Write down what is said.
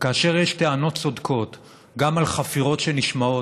וכאשר יש טענות צודקות על חפירות שנשמעות,